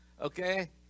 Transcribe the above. Okay